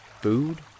food